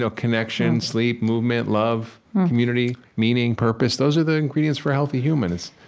so connection, sleep, movement, love, community, meaning, purpose. those are the ingredients for healthy humans.